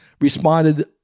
responded